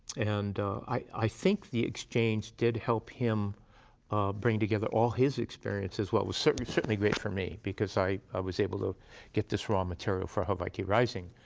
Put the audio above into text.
and i think the exchange did help him bring together all his experiences. well, it was certainly certainly great for me, because i was able to get this raw material for hawaiki rising.